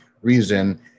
reason